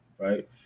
Right